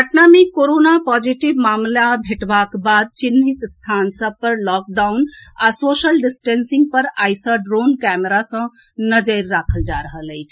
पटना मे corona positive मामिला भेटबाक बाद चिन्हित स्थान सभ पर लॉकडाउन आ सोशल डिस्टेंसिंग पर आइ सँ ड्रोन कैमरा सँ नजरि राखल जा रहल अछि